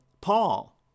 Paul